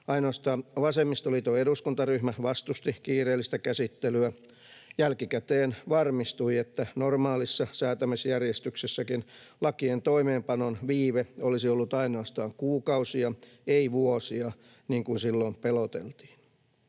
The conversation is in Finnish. Ainoastaan vasemmistoliiton eduskuntaryhmä vastusti kiireellistä käsittelyä. Jälkikäteen varmistui, että normaalissa säätämisjärjestyksessäkin lakien toimeenpanon viive olisi ollut ainoastaan kuukausia, ei vuosia, niin kuin silloin peloteltiin.